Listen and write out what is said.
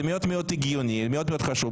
זה מאוד מאוד הגיוני, מאוד מאוד חשוב.